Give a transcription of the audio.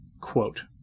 Quote